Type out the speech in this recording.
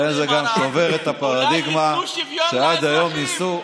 זה גם שובר את הפרדיגמה שעד היום ניסו,